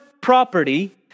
property